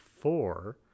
four